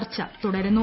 ചർച്ച തുടരുന്നു